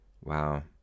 Wow